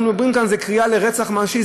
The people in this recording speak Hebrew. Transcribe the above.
אנחנו מדברים כאן על קריאה לרצח ממשי,